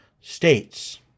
states